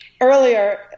earlier